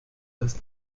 das